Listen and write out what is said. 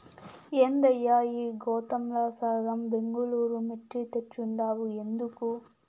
ఏందయ్యా ఈ గోతాంల సగం బెంగళూరు మిర్చి తెచ్చుండావు ఎందుకు